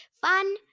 Fun